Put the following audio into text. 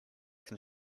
can